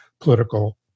political